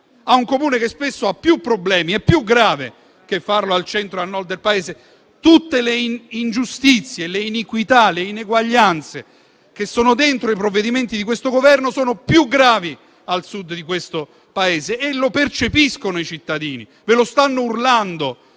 al Sud, che spesso ha più problemi, è più grave che farlo al Centro o al Nord del Paese. Tutte le ingiustizie, le iniquità e le ineguaglianze che sono dentro i provvedimenti di questo Governo sono più gravi al Sud di questo Paese. I cittadini lo percepiscono e ve lo stanno urlando;